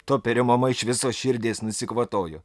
toperio mama iš visos širdies nusikvatojo